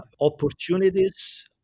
opportunities